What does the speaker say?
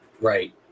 right